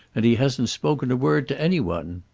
and he hasn't spoken a word to any one.